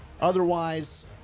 Otherwise